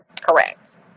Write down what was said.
Correct